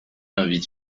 invite